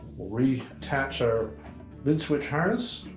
we'll reattach our lid switch harness.